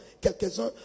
quelques-uns